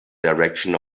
direction